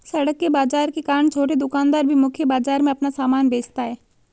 सड़क के बाजार के कारण छोटे दुकानदार भी मुख्य बाजार में अपना सामान बेचता है